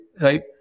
right